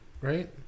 right